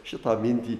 šitą mintį